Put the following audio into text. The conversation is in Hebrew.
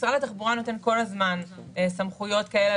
משרד התחבורה נותן כל הזמן סמכויות כאלה